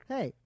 Hey